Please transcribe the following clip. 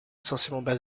essentiellement